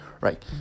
right